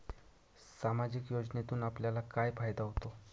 सामाजिक योजनेतून आपल्याला काय फायदा होतो?